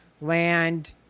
land